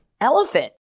Elephant